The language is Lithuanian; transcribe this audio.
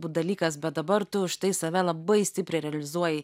būt dalykas bet dabar tu už tai save labai stipriai realizuoji